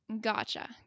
Gotcha